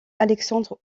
alexandre